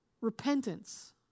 Repentance